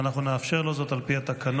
ואנחנו נאפשר לו זאת על פי התקנון.